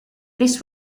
this